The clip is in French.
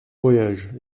voyage